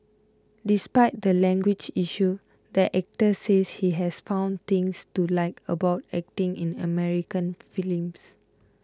despite the language issue the actor says he has found things to like about acting in American films